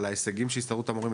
על ההישגים שהסתדרות המורים,